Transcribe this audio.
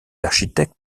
architectes